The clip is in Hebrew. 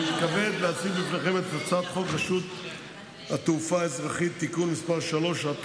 אני מתכבד להציג בפניכם את הצעת חוק רשות התעופה האזרחית (תיקון מס' 3),